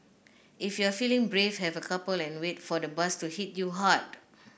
if you're feeling brave have a couple and wait for the buzz to hit you hard